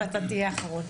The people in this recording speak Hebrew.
אתה תהיה אחרון.